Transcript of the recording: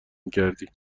میکردی